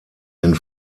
den